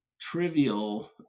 trivial